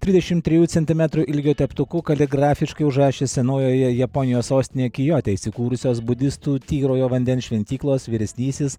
trisdešim trijų centimetrų ilgio teptuku kaligrafiškai užrašė senojoje japonijos sostinėj kijote įsikūrusios budistų tyrojo vandens šventyklos vyresnysis